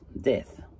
death